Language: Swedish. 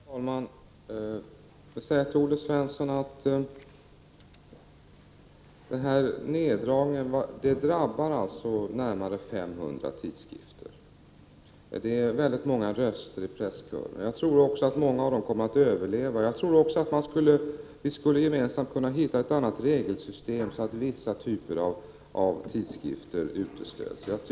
Herr talman! Jag vill säga till Olle Svensson att den här neddragningen drabbar närmare 500 tidskrifter. Det är väldigt många röster i presskören. Jag tror också att många av dem kommer att överleva. Jag menar att vi borde försöka komma fram till ett regelsystem enligt vilket vissa typer av tidskrifter kan uteslutas.